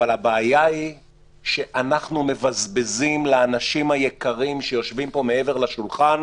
אבל הבעיה היא שאנחנו מבזבזים לאנשים היקרים שיושבים פה מעבר לשולחן,